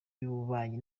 y’ububanyi